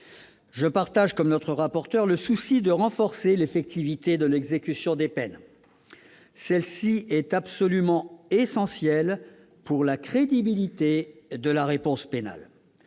Je partage, avec notre rapporteur, le souci de renforcer l'effectivité de l'exécution des peines. Celle-ci est absolument essentielle pour la crédibilité de la réponse pénale.